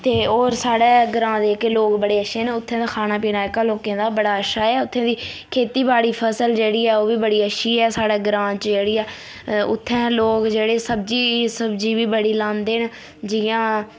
ते होर साढै़ ग्रांऽ दे जेह्के लोक बड़े अच्छे न उत्थें दा खाना पीना जेह्का लोकें दा बड़ा अच्छा ऐ उत्थे दी खेतीबाड़ी फसल जेह्ड़ी ऐ ओह् बी बड़ी अच्छी ऐ साढै ग्रांऽ च जेह्ड़ी ऐ उत्थैं लोक जेह्ड़े सब्जी सुब्जी बी बड़ी लांदे न जियां